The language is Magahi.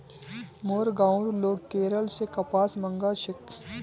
मोर गांउर लोग केरल स कपास मंगा छेक